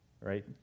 right